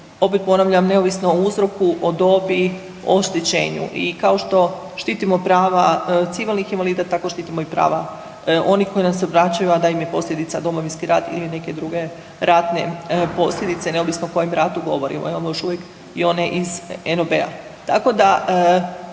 opet ponavljam neovisno o uzroku, o dobi, o oštećenju. I kao što štitimo prava civilnih invalida tako štitimo i prava onih koji nam se obraćaju, a da im je posljedica Domovinski rat ili neke druge ratne posljedice neovisno o kojem ratu govorimo, imamo još i one iz NOB-a.